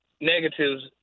negatives